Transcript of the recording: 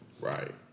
Right